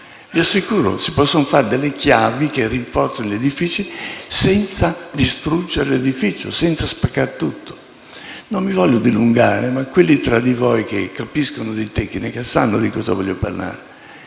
Vi assicuro che si possono fare delle chiavi, che rinforzano gli edifici, senza distruggerli e spaccare tutto. Non mi voglio dilungare, ma quelli che da tra di voi capiscono di tecnica, sanno di cosa voglio parlare.